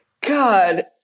God